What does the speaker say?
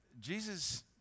Jesus